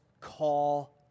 call